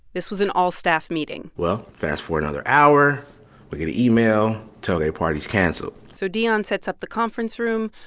this was an all-staff meeting well, fast-forward another hour, we get an email tailgate party's cancelled so dion sets up the conference room,